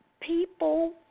People